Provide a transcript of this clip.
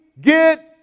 get